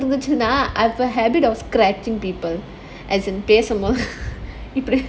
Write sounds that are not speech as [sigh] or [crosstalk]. இருந்துச்சுன்னா:irunthuchunaa nails I've a habit of scratching people as in [laughs] இப்டி:ipdi